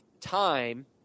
time